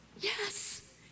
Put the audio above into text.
Yes